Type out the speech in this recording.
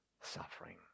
suffering